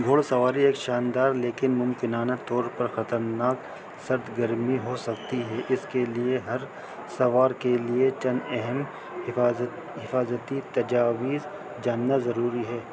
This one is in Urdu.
گھوڑ سواری ایک شاندار لیکن ممکنانہ طور پر خطرناک سردگررمی ہو سکتی ہے اس کے لیے ہر سوار کے لیے چند اہم حفاظت حفاظتی تجاویز جاننا ضروری ہے